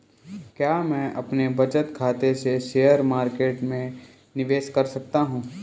क्या मैं अपने बचत खाते से शेयर मार्केट में निवेश कर सकता हूँ?